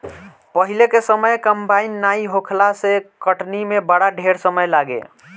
पहिले के समय कंबाइन नाइ होखला से कटनी में बड़ा ढेर समय लागे